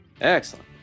Excellent